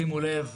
שימו לב,